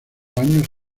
años